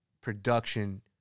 production